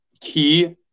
key